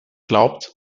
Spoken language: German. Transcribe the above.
glaubt